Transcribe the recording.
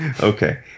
Okay